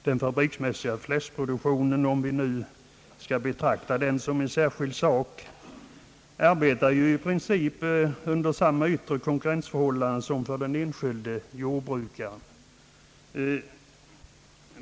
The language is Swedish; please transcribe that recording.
Den fabriksmässiga fläskproduktionen — om vi nu skall betrakta den som en särskild sak — arbetar ju i princip under samma yttre konkurrensförhållanden som den enskilde jordbrukaren.